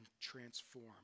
transform